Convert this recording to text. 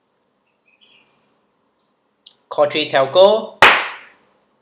call three telco